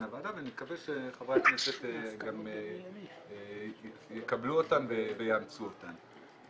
הוועדה ואני מקווה שחברי הכנסת גם יקבלו אותן ויאמצו אותן.